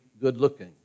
good-looking